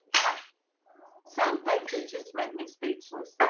ah some things we just make me speechless